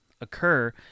occur